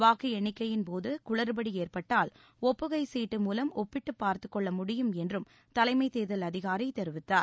வாக்கு எண்ணிக்கையின் போது குளறுபடி ஏற்பட்டால் ஒப்புகைச் சீட்டு மூவம் ஒப்பிட்டுப் பார்த்துக் கொள்ள முடியும் என்றும் தலைமைத் தேர்தல் அதிகாரி தெரிவித்தார்